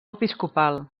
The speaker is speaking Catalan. episcopal